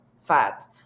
fat